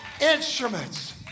instruments